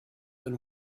than